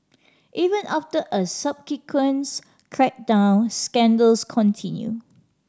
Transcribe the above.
even after a subsequent crackdown scandals continued